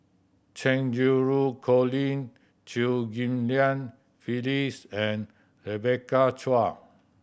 Cheng Xinru Colin Chew Ghim Lian Phyllis and Rebecca Chua